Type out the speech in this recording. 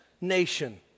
nation